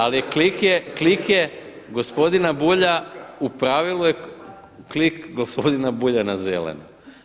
Ali klik je gospodina Bulja u pravilu je klik gospodina Bulja na zeleno.